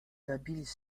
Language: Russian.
добились